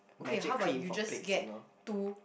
okay how about you just get to